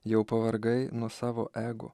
jau pavargai nuo savo ego